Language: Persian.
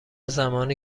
زمانی